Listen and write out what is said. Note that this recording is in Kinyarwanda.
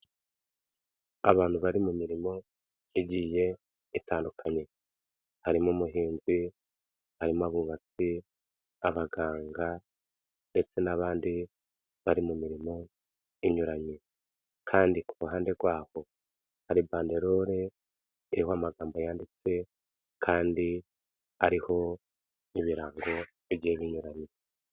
Abantu bari mu mirimo igiye itandukanye. Harimo umuhinzi, harimo abubatsi, abaganga ndetse n'abandi bari mu mirimo inyuranye. Kandi ku ruhande rwabo hari banderole iriho amagambo yanditse kandi ariho n'ibirango bigiye binyuranye.